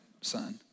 son